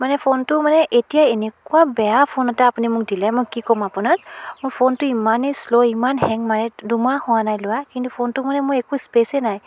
মানে ফোনটো মানে এতিয়া এনেকুৱা বেয়া ফোন এটা আপুনি মোক দিলে মই কি ক'ম আপোনাক মোৰ ফোনটো ইমানেই শ্ল' ইমান হেং মাৰে দুমাহ হোৱা নাই লোৱা কিন্তু ফোনটো মানে মোৰ একো স্পেচেই নাই